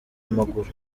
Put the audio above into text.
amaguru